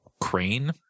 crane